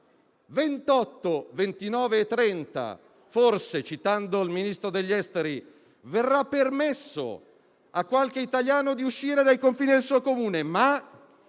28, 29 e 30, forse, citando il Ministro degli affari esteri, verrà permesso a qualche italiano di uscire dai confini del suo Comune, ma